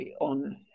on